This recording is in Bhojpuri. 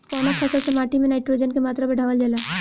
कवना फसल से माटी में नाइट्रोजन के मात्रा बढ़ावल जाला?